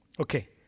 Okay